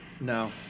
No